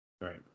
Right